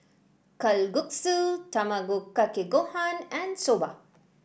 Kalguksu Tamago Kake Gohan and Soba